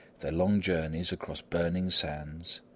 their long journeys across burning sands,